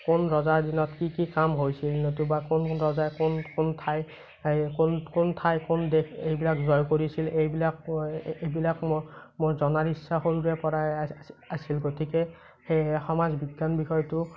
কোন ৰজাৰ দিনত কি কি কাম হৈছিল নতুবা কোন ৰজাই কোন কোন ঠাইৰ কোন দেশ এইবিলাক জয় কৰিছিল এইবিলাক এইবিলাক মোৰ মোৰ জনাৰ ইচ্ছা সৰুৰে পৰাই আছিল গতিকে সেয়েহে সমাজ বিজ্ঞান বিষয়টো